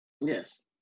Yes